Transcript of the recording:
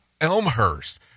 Elmhurst